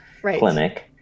clinic